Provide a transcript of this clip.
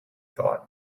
thought